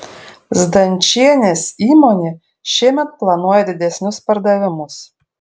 zdančienės įmonė šiemet planuoja didesnius pardavimus